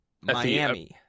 miami